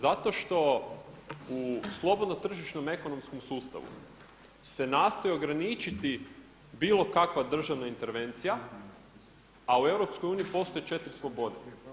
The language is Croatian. Zato što u slobodnom tržišnom ekonomskom sustavu se nastoji ograničiti bilo kakva državna intervencija, a u EU postoje četiri slobode.